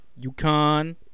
UConn